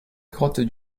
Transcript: grotte